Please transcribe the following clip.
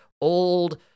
old